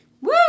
Woo